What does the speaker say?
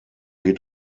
geht